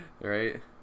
right